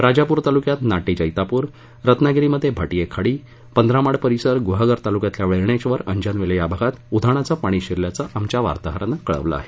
राजापूर तालुक्यात नाटे जैतापूर रत्नागिरीमध्ये भाटीये खाडी पंधरामाड परिसर गुहागर तालुक्यातल्या वेळणेश्वर अजंनवेल या भागात उधाणाचं पाणी शिरलं असं आमच्या वार्ताहरानं कळवलं आहे